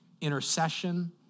intercession